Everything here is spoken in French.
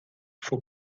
faut